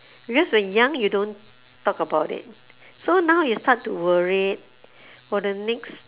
because when young you don't talk about it so now you start to worried for the next